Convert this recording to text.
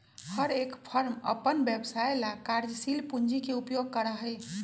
हर एक फर्म अपन व्यवसाय ला कार्यशील पूंजी के उपयोग करा हई